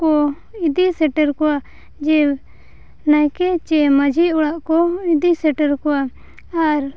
ᱠᱚ ᱤᱫᱤ ᱥᱮᱴᱮᱨ ᱠᱚᱣᱟ ᱡᱮ ᱱᱟᱭᱠᱮ ᱪᱮ ᱢᱟᱹᱡᱷᱤ ᱚᱲᱟᱜ ᱠᱚ ᱤᱫᱤ ᱥᱮᱴᱮᱨ ᱠᱚᱣᱟ ᱟᱨ